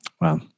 Wow